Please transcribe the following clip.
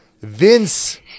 vince